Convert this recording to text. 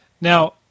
Now